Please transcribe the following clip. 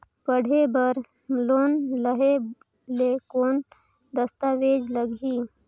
पढ़े बर लोन लहे ले कौन दस्तावेज लगही?